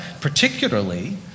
particularly